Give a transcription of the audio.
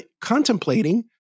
contemplating